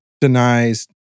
denies